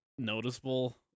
noticeable